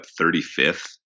35th